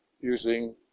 using